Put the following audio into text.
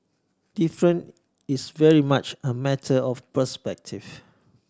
different is very much a matter of perspective